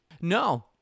No